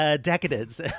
decadence